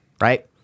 right